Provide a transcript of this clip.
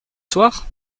soir